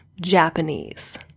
Japanese